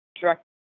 direct